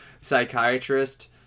psychiatrist